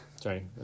sorry